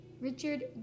Richard